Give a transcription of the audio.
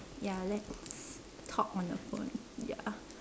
ya let's talk on the phone ya